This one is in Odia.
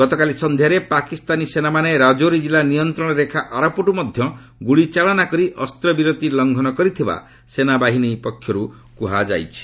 ଗତକାଲି ସନ୍ଧ୍ୟାରେ ପାକିସ୍ତାନୀ ସେନାମାନେ ରାଜୌରି ଜିଲ୍ଲା ନିୟନ୍ତ୍ରଣ ରେଖା ଆରପଟୁ ମଧ୍ୟ ଗୁଳି ଚାଳନା କରି ଅସ୍ତ୍ରବିରତି ଲଙ୍ଘନ କରିଥିବା ସେନାବାହିନୀ ପକ୍ଷର୍ତ କ୍ହାଯାଇଛି